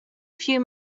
few